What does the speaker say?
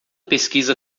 pesquisa